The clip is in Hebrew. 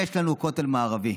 יש לנו כותל מערבי.